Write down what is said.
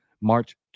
March